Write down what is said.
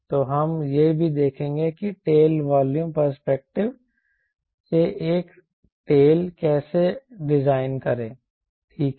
तो हम यह भी देखेंगे कि टेल वॉल्यूम पर्सपेक्टिव से एक टेल कैसे डिज़ाइन करें ठीक है